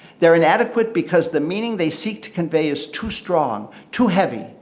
they're inadequate because the meaning they seek to convey is too strong, too heavy,